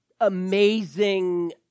amazing